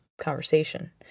conversation